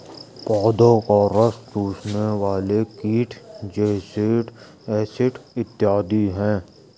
पौधों का रस चूसने वाले कीट जैसिड, एफिड इत्यादि हैं